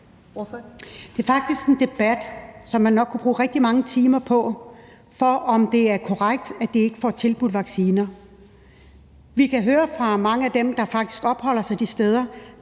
Det er faktisk en debat, som man nok kunne bruge rigtig mange timer på, altså hvorvidt det er korrekt, at de ikke får tilbudt vacciner. Vi kan høre fra mange af dem, som faktisk opholder sig de steder